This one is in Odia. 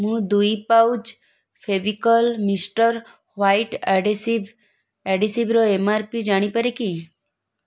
ମୁଁ ଦୁଇ pouch Fevicol mister white adhesive ଆଢ଼େସିଭ୍ର ଏମ୍ ଆର୍ ପି ଜାଣିପାରେ କି